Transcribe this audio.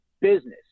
business